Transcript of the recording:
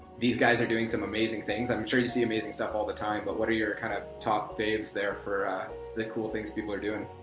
these guys are doing some amazing things. i'm sure you see amazing stuff all the time but what are your kind of top favs there for the cool things people are doing?